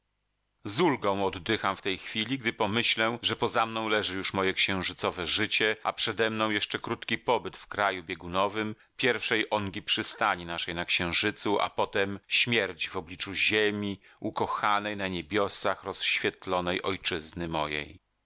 ulgą oddycham w tej chwili gdy pomyślę że poza mną leży już moje księżycowe życie a przedemną jeszcze krótki pobyt w kraju biegunowym pierwszej ongi przystani naszej na księżycu a potem śmierć w obliczu ziemi ukochanej na niebiosach rozświetlonej ojczyzny mojej